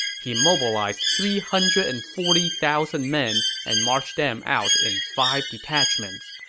he mobilized three hundred and forty thousand men and marched them out in five detachments.